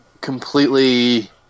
completely